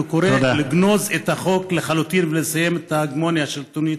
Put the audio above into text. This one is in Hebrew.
אני קורא לגנוז את החוק לחלוטין ולסיים את ההגמוניה השלטונית